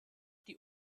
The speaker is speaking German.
die